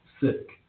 sick